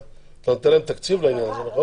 אתה נותן להם תקציב לעניין הזה, נכון?